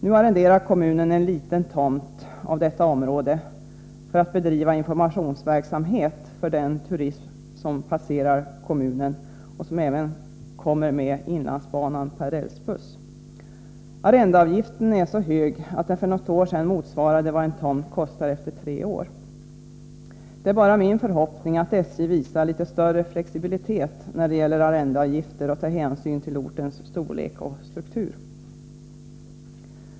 Nu arrenderar kommunen en liten tomt av detta område för att bedriva informationsverksamhet för de turister som passerar kommunen och som även kommer per rälsbuss med inlandsbanan. Arrendeavgiften var för något år sedan så hög att den efter tre år motsvarade vad en tomt kostar. Det är bara min förhoppning att SJ visar litet större flexibilitet när det gäller arrendeavgifter och tar hänsyn till ortens storlek och struktur.